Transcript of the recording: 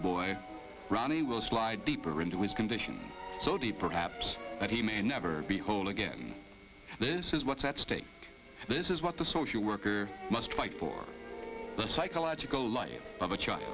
the boy ronnie will slide deeper into his condition so deep perhaps that he may never be whole again this is what's at stake this is what the social worker must fight for the psychological life of a child